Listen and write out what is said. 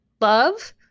Love